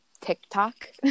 TikTok